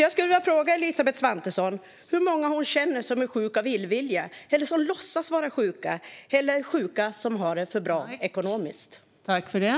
Jag skulle vilja fråga Elisabeth Svantesson hur många hon känner som är sjuka av illvilja eller som låtsas vara sjuka eller hur många sjuka som har det för bra ekonomiskt.